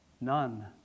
none